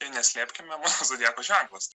tai neslėpkime mano zodiako ženklas